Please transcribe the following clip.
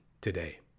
today